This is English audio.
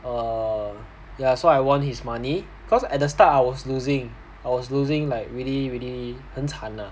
err yeah so I won his money cause at the start I was losing I was losing like really really 很惨呢